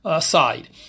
side